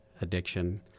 addiction